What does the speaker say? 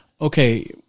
Okay